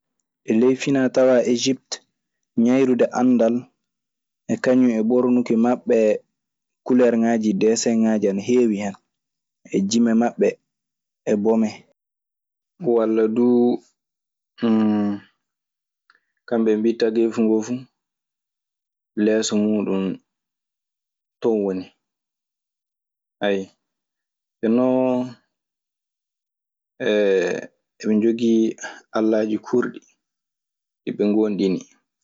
E ley finatawa ejipte ƴayrude anndal e kaŋum e ɓornuki maɓe kulerengaji desin ana hewi hen e jimee maɓe e bomee. Walla duu kamɓe mbii tageefu ngoo fu leeso muuɗun ton woni. Jonnon eɓe njogii allaaji kuurɗi ɗi ɓe ngoonɗini.